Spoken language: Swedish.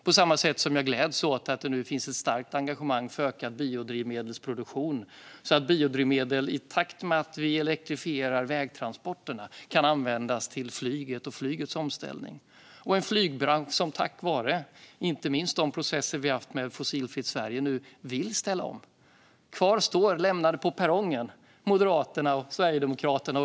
På samma sätt gläds jag åt att det nu finns ett starkt engagemang för ökad biodrivmedelsproduktion, så att biodrivmedel kan användas till flyget och flygets omställning i takt med att vi elektrifierar vägtransporterna. Det är en flygbransch som inte minst tack vare de processer vi haft med Fossilfritt Sverige nu vill ställa om. Kvar på perrongen står Moderaterna och Sverigedemokraterna.